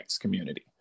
community